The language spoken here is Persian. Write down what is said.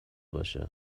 باشه